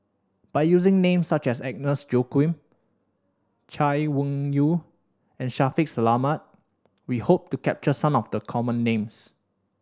by using names such as Agnes Joaquim Chay Weng Yew and Shaffiq Selamat we hope to capture some of the common names